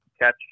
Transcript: catch